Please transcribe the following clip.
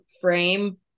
frame